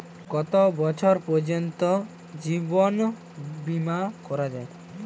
কত বছর বয়স পর্জন্ত জীবন বিমা করা য়ায়?